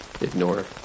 ignore